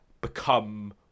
become